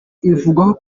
ivugwaho